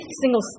single